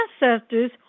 ancestors